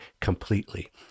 completely